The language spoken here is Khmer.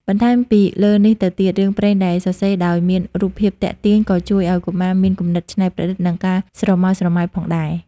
បន្ថែមពីលើនេះទៅទៀត រឿងព្រេងដែលសរសេរដោយមានរូបភាពទាក់ទាញ ក៏ជួយឲ្យកុមារមាន គំនិតច្នៃប្រឌិត និងការស្រមើលស្រមៃ ផងដែរ។